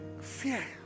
Fear